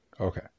Okay